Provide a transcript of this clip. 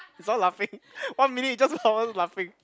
it's all laughing one minute just of us laughing